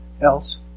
else